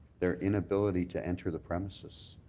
their inability to enter the premises,